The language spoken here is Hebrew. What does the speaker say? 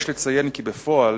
יש לציין כי בפועל,